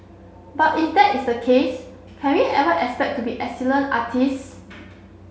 but if that is the case can we ever expect to be excellent artists